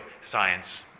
science